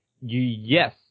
yes